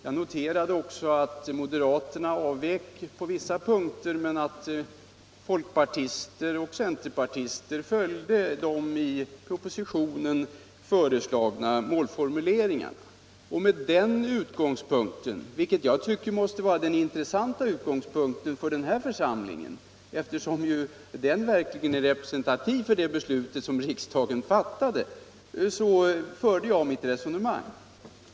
Jag noterade att moderaterna avvek på vissa punkter men att folkpartisterna och centerpartisterna följde de i propositionen föreslagna målformuleringarna. Med den utgångspunkten, som jag tycker måste vara den intressanta för den här församlingen eftersom den verkligen är representativ för det beslut som riksdagen fattade 1974, förde jag mitt resonemang.